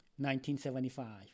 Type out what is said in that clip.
1975